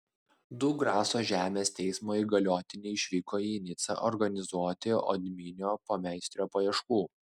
du graso žemės teismo įgaliotiniai išvyko į nicą organizuoti odminio pameistrio paieškų